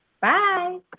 Bye